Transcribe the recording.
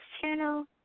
channel